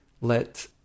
let